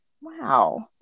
Wow